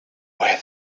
where